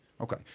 Okay